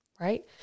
right